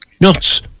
nuts